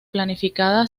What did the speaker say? planificada